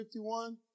51